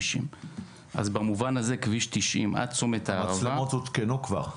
אז במובן הזה כביש 90 עד צומת הערבה --- המצלמות הותקנו כבר?